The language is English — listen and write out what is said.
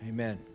Amen